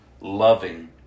loving